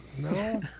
No